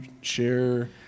share